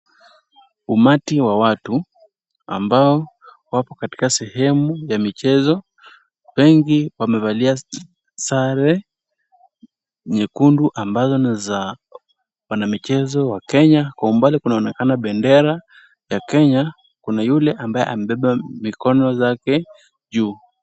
Umati wa watu ambao wapo katika sehemu ya michezo. Wengi wamevalia sare nyekundu ambazo ni za wanamichezo wa Kenya. Kwa umbali kunaonekana bendera ya Kenya. Kuna yule ambaye amebeba mikono zake juu.